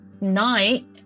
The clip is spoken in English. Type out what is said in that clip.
night